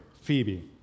Phoebe